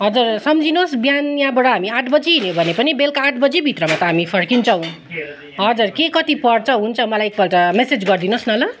हजर सम्झिनुहोस् बिहान यहाँबाट हामी आठ बजी हिँड्यो भने पनि बेलुका आठ बजी भित्रमा त हामी फर्किन्छौँ हजर के कति पर्छ हुन्छ मलाई एकपल्ट म्यासेज गरिदिनुहोस् न ल